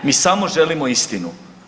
Mi samo želimo istinu.